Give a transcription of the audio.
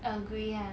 agree lah